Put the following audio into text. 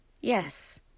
Yes